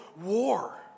war